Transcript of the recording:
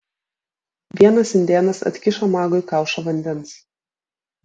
vienas indėnas atkišo magui kaušą vandens